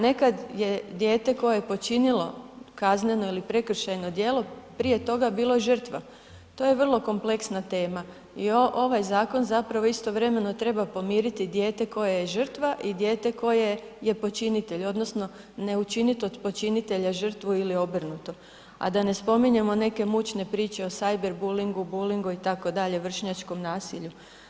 Nekad je dijete koje je počinilo kazneno ili prekršajno djelo prije toga bilo žrtva, to je vrlo kompleksna tema i ovaj zakon zapravo istovremena treba pomiriti dijete koje je žrtva i dijete koje je počinitelj odnosno ne učinit od počinitelja žrtvu ili obrnuto a da ne spominjemo neke mučne priče o cyber bullingu, bullingu itd., vršnjačkom nasilju.